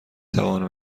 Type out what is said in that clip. توانم